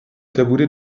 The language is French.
taboulé